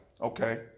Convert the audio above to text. Okay